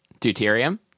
Deuterium